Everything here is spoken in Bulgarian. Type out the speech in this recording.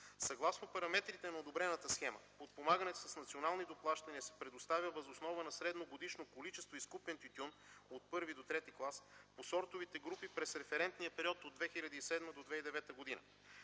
Съгласно параметрите на одобрената схема, подпомагането с национални доплащания се предоставя въз основа на средногодишно количество изкупен тютюн от първи до трети клас по сортовите групи през референтния период от 2007 до 2009 г.